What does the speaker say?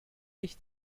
sich